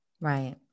Right